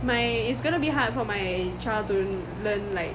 my it's going to be hard for my child to learn like